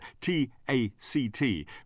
T-A-C-T